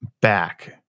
back